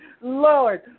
Lord